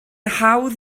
hawdd